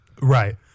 Right